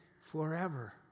forever